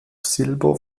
silber